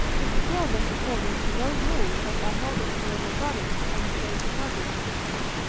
to prepare them according to those rules that arnoldus villanovanus, and frietagius prescribe,